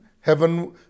Heaven